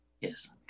Yes